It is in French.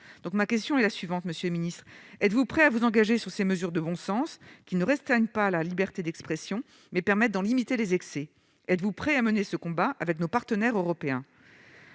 ! Ma question est la suivante, monsieur le secrétaire d'État : êtes-vous prêt à vous engager sur ces mesures de bon sens, qui ne restreignent pas la liberté d'expression, mais permettent d'en limiter les excès ? Êtes-vous prêt à mener ce combat avec nos partenaires européens ?